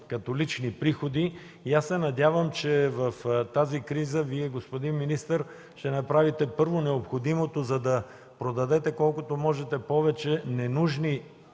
като лични приходи. Надявам се, че в тази криза Вие, господин министър, ще направите първо необходимото за да продадете колкото може повече ненужни